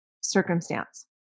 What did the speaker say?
circumstance